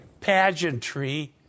pageantry